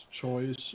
choice